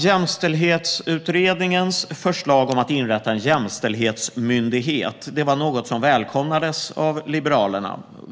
Jämställdhetsutredningens förslag om att inrätta en jämställdhetsmyndighet välkomnades av Liberalerna.